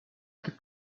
gibt